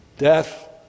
Death